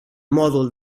mòdul